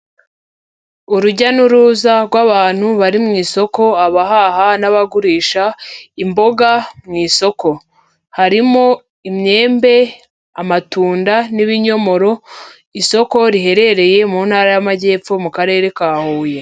Urujya n'uruza rw'abantu bari mu isoko, abahaha n'abagurisha imboga mu isoko, harimo imyembe, amatunda n'ibinyomoro, isoko riherereye mu ntara y'Amajyepfo mu karere ka Huye.